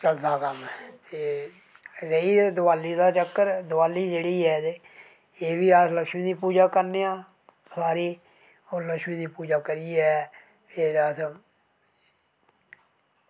चलदा दा कम्म ऐ ते एह् रेही देआली तगर ते देआली जेह्ड़ी ऐ एह्बी अस लक्ष्मी दी पूजा करने आं होर लक्ष्मी दी पूजा करियै एह् अस